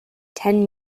ten